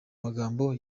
magambo